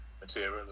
material